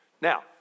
Now